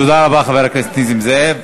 תודה רבה, חבר הכנסת נסים זאב.